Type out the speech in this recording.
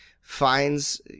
finds